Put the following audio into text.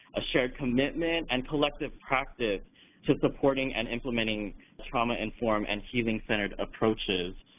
a shared commitment, and collective practice to supporting and implementing trauma-informed and healing-centered approaches.